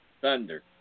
Thunder